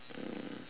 mm